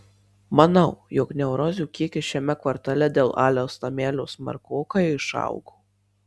manau jog neurozių kiekis šiame kvartale dėl aliaus namelio smarkokai išaugo